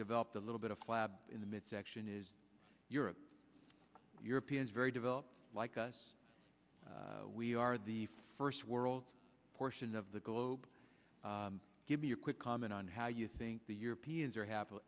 developed a little bit of flab in the midsection is europe europeans very developed like us we are the first world portion of the globe give me a quick comment on how you think the europeans are ha